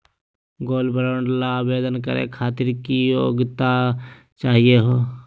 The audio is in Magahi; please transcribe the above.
गोल्ड बॉन्ड ल आवेदन करे खातीर की योग्यता चाहियो हो?